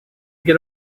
get